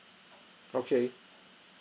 okay